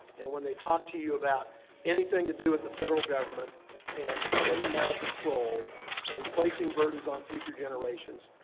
and when they talk to you about anything to do with the federal government and spending out of control and placing burdens on future generations,